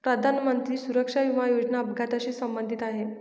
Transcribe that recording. प्रधानमंत्री सुरक्षा विमा योजना अपघाताशी संबंधित आहे